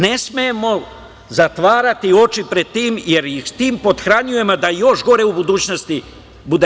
Ne smemo zatvarati oči pred tim, jer ih tim pothranjujemo da još gore u budućnosti bude.